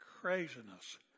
craziness